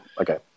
Okay